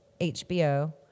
HBO